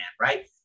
right